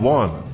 one